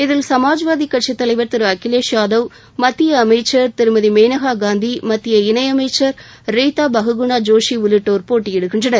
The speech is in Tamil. இதில் சமாஜ்வாதி கட்சித்தலைவர் திரு அகிலேஷ் யாதவ் மத்திய அமைச்சர் திருமதி மேனகா காந்தி மத்திய இணையமைச்சர் ரீத்தா பஹுகுணா ஜோசி உள்ளிட்டோர் போட்டியிடுகின்றனர்